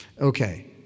Okay